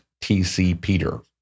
tcpeter